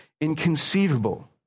inconceivable